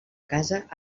casa